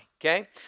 okay